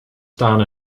staan